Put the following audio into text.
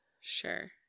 sure